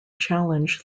challenge